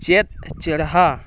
ᱪᱮᱫ ᱪᱮᱨᱦᱟ